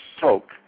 soak